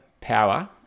power